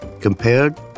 compared